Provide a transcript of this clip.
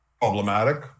problematic